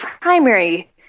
primary